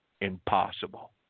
impossible